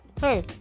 hey